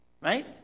Right